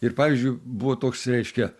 ir pavyzdžiui buvo toks reiškia